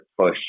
push